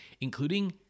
including